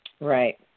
Right